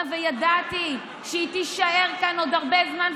וידעתי שהיא תישאר כאן עוד הרבה זמן.